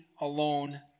alone